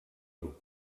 grup